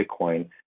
bitcoin